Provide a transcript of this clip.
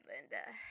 linda